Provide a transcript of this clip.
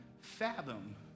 fathom